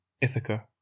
Ithaca